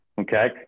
Okay